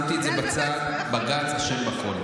שמתי את זה בצד, בג"ץ אשם בכול.